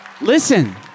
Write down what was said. listen